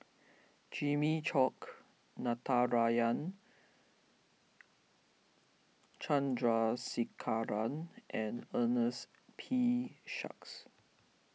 Jimmy Chok Natarajan Chandrasekaran and Ernest P Shanks